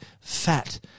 fat